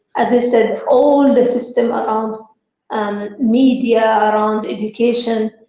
as i said, all the systems around media, around education,